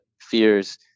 fears